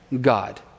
God